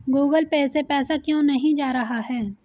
Google Pay से पैसा क्यों नहीं जा रहा है?